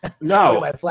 No